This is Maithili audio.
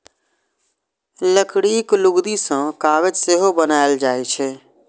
लकड़ीक लुगदी सं कागज सेहो बनाएल जाइ छै